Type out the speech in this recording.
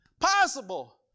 possible